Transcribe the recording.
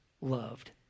loved